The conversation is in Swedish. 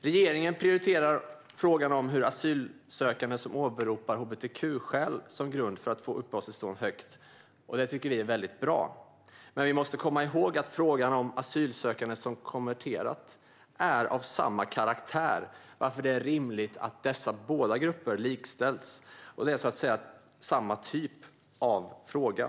Regeringen prioriterar frågan om asylsökande som åberopar hbtq-skäl som grund för att få uppehållstillstånd högt. Det är bra. Men vi måste komma ihåg att frågan om asylsökande som har konverterat är av samma karaktär, varför det är rimligt att båda dessa grupper likställs. Det är så att säga samma typ av fråga.